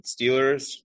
Steelers